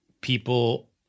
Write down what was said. people